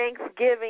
Thanksgiving